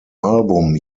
album